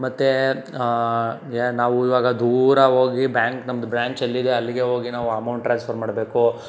ಮತ್ತು ನಾವು ಇವಾಗ ದೂರ ಹೋಗಿ ಬ್ಯಾಂಕ್ ನಮ್ಮದು ಬ್ರ್ಯಾಂಚ್ ಎಲ್ಲಿದೆ ಅಲ್ಲಿಗೆ ಹೋಗಿ ನಾವು ಅಮೌಂಟ್ ಟ್ರಾನ್ಸ್ಫರ್ ಮಾಡಬೇಕು